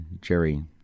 Jerry